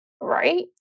right